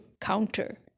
counter